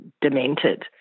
demented